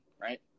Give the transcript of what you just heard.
right